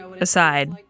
aside